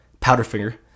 Powderfinger